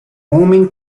homem